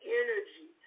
energy